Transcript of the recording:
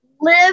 Live